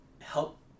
help